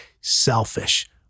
selfish